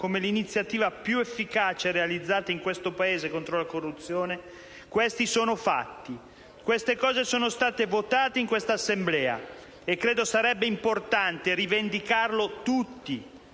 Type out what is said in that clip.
come l'iniziativa più efficace realizzata in questo Paese contro la corruzione: questi sono fatti e sono stati votati in questa Assemblea. Credo sarebbe importante che lo rivendicassimo tutti,